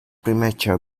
premature